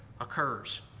occurs